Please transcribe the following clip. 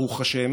ברוך ה',